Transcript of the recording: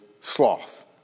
sloth